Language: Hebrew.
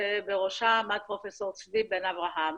שבראשה עמד פרופ' צבי בן-אברהם,